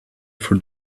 for